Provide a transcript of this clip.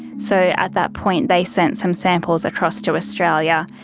so at that point they sent some samples across to australia,